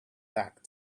back